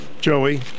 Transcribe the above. Joey